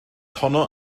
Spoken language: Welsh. honno